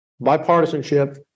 bipartisanship